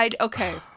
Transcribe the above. Okay